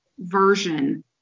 Version